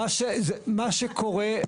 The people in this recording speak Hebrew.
שינוי יעוד כללי שכולל בתוכו את השימושים כמובן.